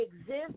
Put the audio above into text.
exist